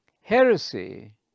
Heresy